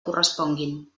corresponguin